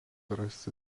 rasti